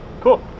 cool